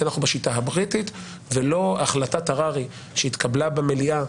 אנחנו בשיטה הבריטית ולא החלטת הררי שהתקבלה במליאה,